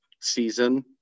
season